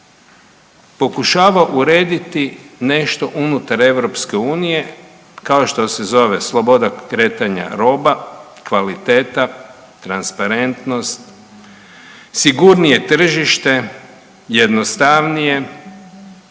pokušava urediti nešto unutar Europske unije kao što se zove sloboda kretanja roba, kvaliteta, transparentnost, sigurnije tržište, jednostavnije